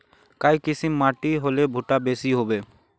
काई किसम माटी होले भुट्टा बेसी होबे?